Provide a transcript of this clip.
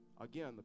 Again